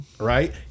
Right